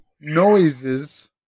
noises